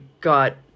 got